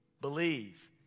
believe